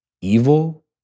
evil